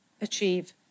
achieve